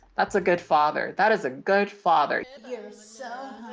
that's a good father. that is a good father. yeah yeah so